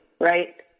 right